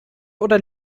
oder